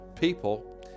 people